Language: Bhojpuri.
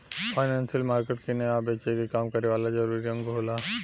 फाइनेंसियल मार्केट किने आ बेचे के काम करे वाला जरूरी अंग होला